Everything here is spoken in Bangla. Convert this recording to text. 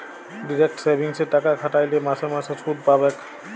ডিরেক্ট সেভিংসে টাকা খ্যাট্যাইলে মাসে মাসে সুদ পাবেক